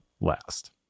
last